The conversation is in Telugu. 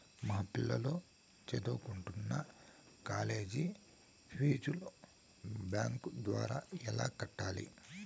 మా పిల్లలు సదువుకుంటున్న కాలేజీ ఫీజు బ్యాంకు ద్వారా ఎలా కట్టాలి?